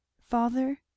Father